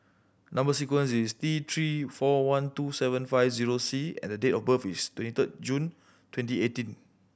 number sequence is T Three four one two seven five zero C and the date of birth is twenty third June twenty eighteen